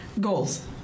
goals